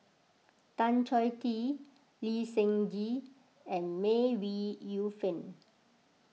Tan Choh Tee Lee Seng Gee and May Ooi Yu Fen